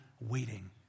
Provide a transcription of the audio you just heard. waiting